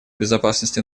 безопасности